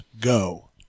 go